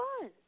fun